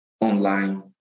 Online